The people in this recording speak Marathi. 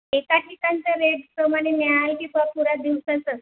एका ठिकाणच्या रेटप्रमाणे न्या आणि ती दिवसांचं